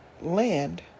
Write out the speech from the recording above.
land